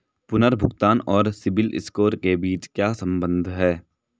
पुनर्भुगतान और सिबिल स्कोर के बीच क्या संबंध है?